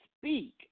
speak